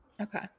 Okay